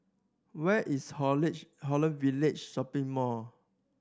where is Holland Village Shopping Mall